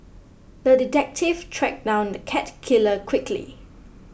the detective tracked down the cat killer quickly